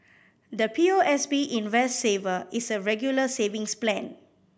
the P O S B Invest Saver is a Regular Savings Plan